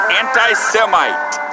anti-Semite